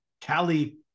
Cali